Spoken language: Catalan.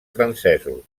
francesos